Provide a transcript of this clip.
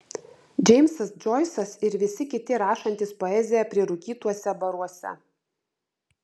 džeimsas džoisas ir visi kiti rašantys poeziją prirūkytuose baruose